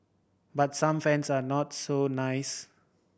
but some fans are not so nice